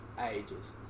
ages